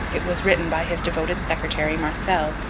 it was written by his devoted secretary, marcel,